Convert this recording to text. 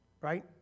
right